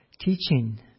teaching